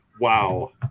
Wow